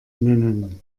nennen